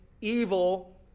evil